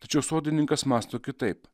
tačiau sodininkas mąsto kitaip